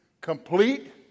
complete